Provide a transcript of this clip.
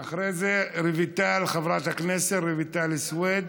אחרי זה, חברת הכנסת רויטל סויד.